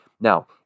now